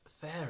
fair